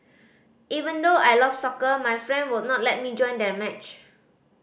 even though I love soccer my friend would not let me join their match